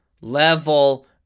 level